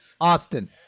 Austin